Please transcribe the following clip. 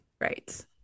Right